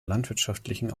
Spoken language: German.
landwirtschaftlichen